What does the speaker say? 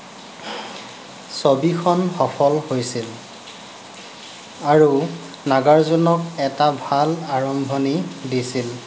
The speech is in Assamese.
ছবিখন সফল হৈছিল আৰু নাগাৰ্জুনক এটা ভাল আৰম্ভণি দিছিল